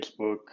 Facebook